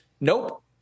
nope